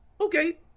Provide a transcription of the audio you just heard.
okay